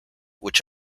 which